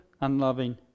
unloving